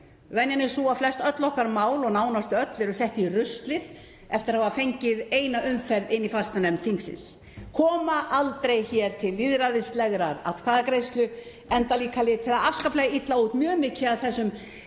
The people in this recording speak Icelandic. Venjan er sú að flest öll okkar mál og nánast öll eru sett í ruslið eftir að hafa fengið eina umferð í fastanefnd þingsins, koma aldrei hér til lýðræðislegrar atkvæðagreiðslu, enda liti það afskaplega illa út með mjög mikið af þessum